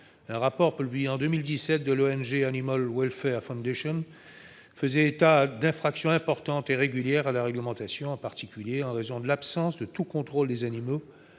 Un rapport publié en 2017 par l'ONG faisait état d'infractions importantes et régulières à la réglementation, en particulier en raison de l'absence de tout contrôle des animaux